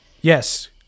Yes